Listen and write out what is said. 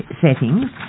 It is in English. settings